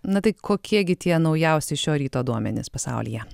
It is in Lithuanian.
na tai kokie gi tie naujausi šio ryto duomenys pasaulyje